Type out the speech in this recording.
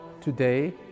Today